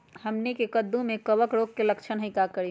हमनी के कददु में कवक रोग के लक्षण हई का करी?